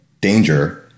danger